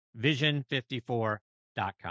vision54.com